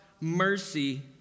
mercy